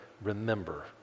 remember